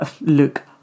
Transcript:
look